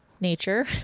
nature